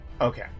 Okay